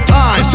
time